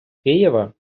києва